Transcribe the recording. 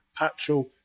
Patchell